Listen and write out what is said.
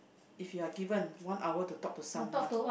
if you're given one hour to talk to someone